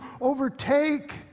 overtake